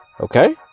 okay